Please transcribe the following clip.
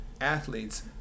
athletes